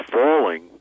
falling